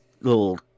little